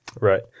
Right